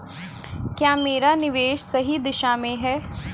क्या मेरा निवेश सही दिशा में है?